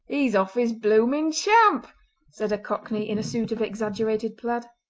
he's off his bloomin chump said a cockney in a suit of exaggerated plaid.